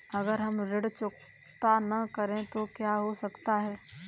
अगर हम ऋण चुकता न करें तो क्या हो सकता है?